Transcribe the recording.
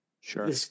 sure